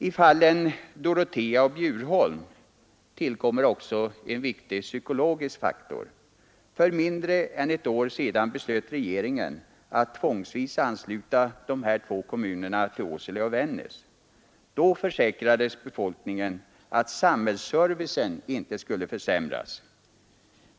I fallen Dorotea och Bjurholm tillkommer också en viktig psykologisk faktor. För mindre än ett år sedan beslöt regeringen att tvångsvis ansluta dessa två kommuner till Å sele och Vännäs. Då försäkrades befolkningen att samhällsservicen inte skulle försämras.